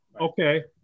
Okay